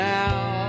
now